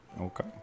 Okay